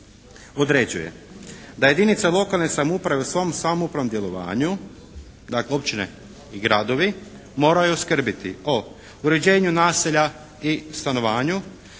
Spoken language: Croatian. određuje da jedinice lokalne samouprave u svom samoupravnom djelovanju dakle općine i gradovi moraju skrbiti o uređenju naselja i stanovanju,